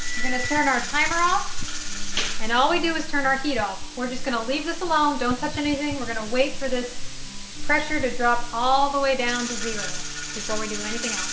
going to turn our timer off and all we do is turn our heat off. we're just going to leave this alone. don't touch anything. we're going to wait for this pressure to drop all the way down to zero before so we do anything